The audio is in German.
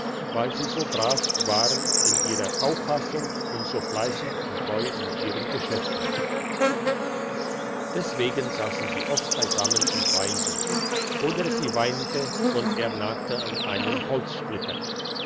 weil sie so brav waren in ihrer aufführung und so fleissig und treu in ihren geschäften deswegen sassen sie oft beisammen und weinten oder sie weinte und er nagte an einem holzsplitter